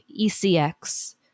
ECX